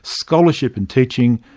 scholarship and teaching,